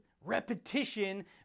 Repetition